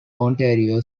ontario